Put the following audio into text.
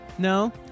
No